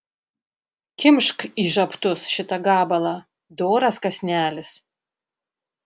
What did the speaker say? kimšk į žabtus šitą gabalą doras kąsnelis